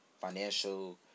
financial